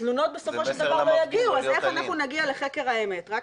התלונות בסופו של דבר לא יגיעו --- זה מסר למפגין לא להיות אלים.